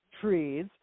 trees